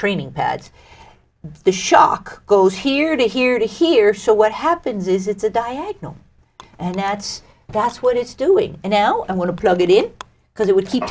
training pads the shock goes here to here to here so what happens is it's a diagonal and that's that's what it's doing and now i'm going to plug it in because it would keep